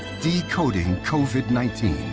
decoding covid nineteen